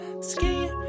ski